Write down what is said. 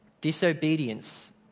disobedience